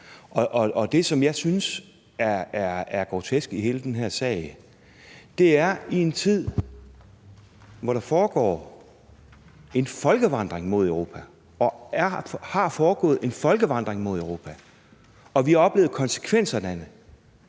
og det, som jeg synes er grotesk i hele den her sag, er, at i en tid, hvor der foregår en folkevandring mod Europa, og hvor der har foregået en folkevandring mod Europa, og hvor vi har oplevet konsekvenserne af